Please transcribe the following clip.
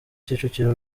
kicukiro